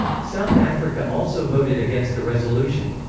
south africa also voted against the resolution.